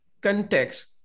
context